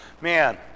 Man